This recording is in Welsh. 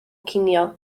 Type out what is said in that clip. cinio